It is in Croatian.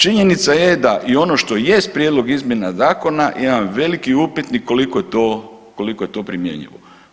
Činjenica je da i ono što jest prijedlog izmjena zakona jedan veliki upitnik koliko je to, koliko je to primjenjivo.